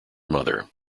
mother